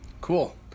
Cool